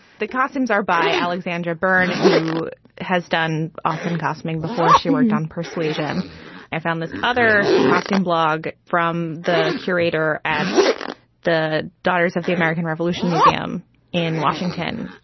the costumes are by alexandra byrne, who has done awesome costuming before she went on persuasion and found this other costume blog from the curator at the daughters of the american revolution museum in washington.